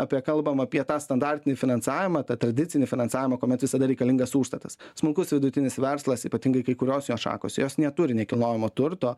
apie kalbam apie tą standartinį finansavimą tą tradicinį finansavimą kuomet visada reikalingas užstatas smulkus vidutinis verslas ypatingai kai kurios jo šakos jos neturi nekilnojamo turto